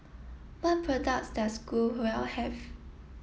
what products does Growell have